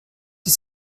die